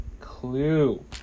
clue